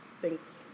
Thanks